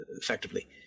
effectively